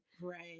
Right